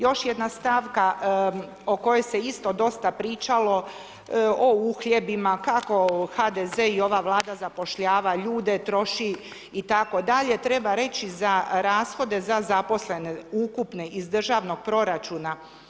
Još jedna stavka o kojoj se isto dosta pričalo o uhljebima, kako HDZ i ova Vlada zapošljava ljude, troši itd., treba reći za rashode za zaposlene, ukupne iz državnog proračuna.